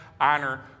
honor